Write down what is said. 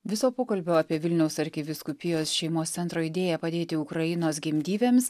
viso pokalbio apie vilniaus arkivyskupijos šeimos centro idėją padėti ukrainos gimdyvėms